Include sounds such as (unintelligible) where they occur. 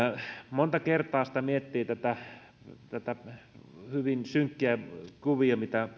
monta kertaa sitä miettii näitä hyvin synkkiä kuvia mitä (unintelligible)